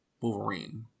Wolverine